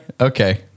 Okay